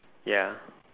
ya